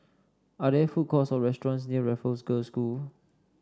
are there food courts or restaurants near Raffles Girls' School